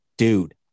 Dude